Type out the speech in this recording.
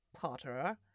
Potter